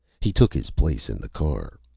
he took his place in the car.